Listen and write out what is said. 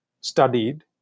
studied